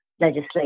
legislation